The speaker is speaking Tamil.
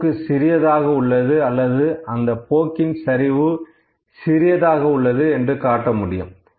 போக்கு சிறியதாக உள்ளது அல்லது அந்த போக்கின் சரிவு சிறியதாக உள்ளது என்று காட்ட முடியும்